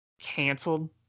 canceled